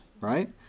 right